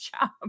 job